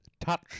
Touch